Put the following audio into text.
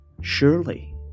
Surely